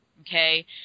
Okay